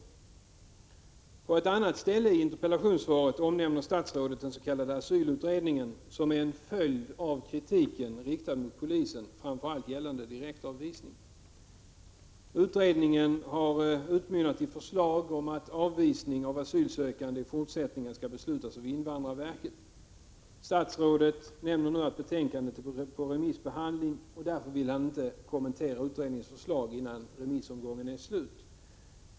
73På ett annat ställe i interpellationssvaret omnämner statsrådet den s.k. asylutredningen, som är en följd av den kritik som riktats mot polisen, framför allt beträffande direktavvisning. Utredningen har utmynnat i förslag om att avvisning av asylsökande i fortsättningen skall beslutas av invandrarverket. Statsrådet nämner nu att betänkandet är på remissbehandling och att han inte vill kommentera utredningens förslag, innan remissomgången är slut.